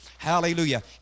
Hallelujah